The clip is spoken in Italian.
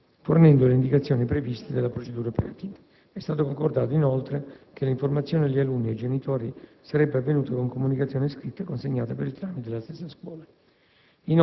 fornendo le indicazioni previste dalla procedura operativa; è stato concordato, inoltre, che l'informazione agli alunni e ai genitori sarebbe avvenuta con comunicazione scritta consegnata per il tramite della stessa scuola.